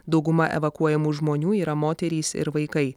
dauguma evakuojamų žmonių yra moterys ir vaikai